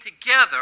together